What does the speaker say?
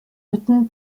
mitten